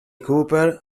cooper